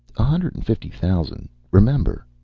a hundred and fifty thousand, remember.